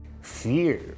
Fear